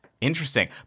interesting